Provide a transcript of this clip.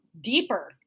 deeper